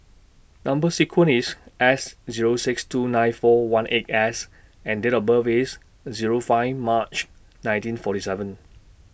Number sequence IS S Zero six two nine four one eight S and Date of birth IS Zero five March nineteen forty seven